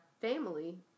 family